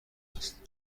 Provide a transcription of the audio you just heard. است